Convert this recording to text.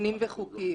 דיונים וחוקים.